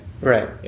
Right